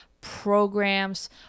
programs